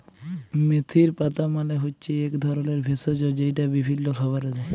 মেথির পাতা মালে হচ্যে এক ধরলের ভেষজ যেইটা বিভিল্য খাবারে দেয়